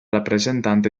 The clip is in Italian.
rappresentante